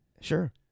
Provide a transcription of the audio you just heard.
Sure